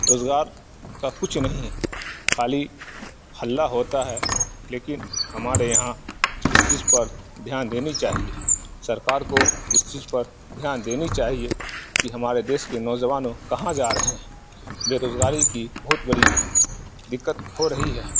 روزگار کا کچھ نہیں خالی ہلہ ہوتا ہے لیکن ہمارے یہاں اس چیز پر دھیان دینی چاہیے سرکار کو اس چیز پر دھیان دینی چاہیے کہ ہمارے دیش کے نوجوانوں کہاں جا رہے ہیں بےروزگاری کی بہت بری دقت ہو رہی ہے